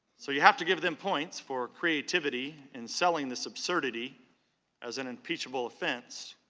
so, you have to give them points for creativity and selling this absurdity as an impeachable offense.